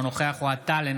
אינו נוכח אוהד טל,